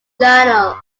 journal